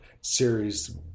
series